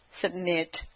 submit